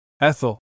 Ethel